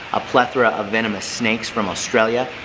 a plethora of venomous snakes from australia,